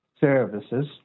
services